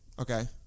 Okay